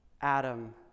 Adam